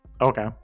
okay